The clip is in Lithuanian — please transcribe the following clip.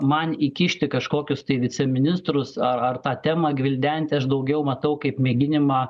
man įkišti kažkokius tai viceministrus ar ar tą temą gvildenti aš daugiau matau kaip mėginimą